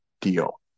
deal